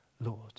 Lord